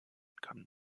kann